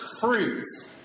fruits